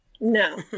No